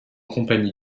compagnie